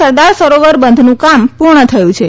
સરદાર સરોવર બંધનું કામ પૂર્ણ થયું છે